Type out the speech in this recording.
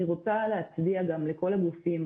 אני רוצה להצדיע גם לכל הגופים,